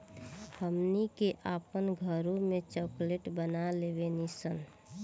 हमनी के आपन घरों में चॉकलेट बना लेवे नी सन